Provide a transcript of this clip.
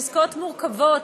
עסקאות מורכבות,